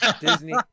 Disney